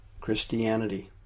christianity